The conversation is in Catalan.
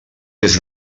des